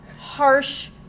harsh